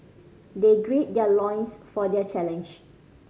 they gird their loins for their challenge